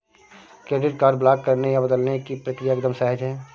credit card block करने या बदलने की प्रक्रिया एकदम सहज है